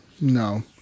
no